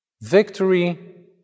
victory